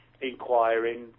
inquiring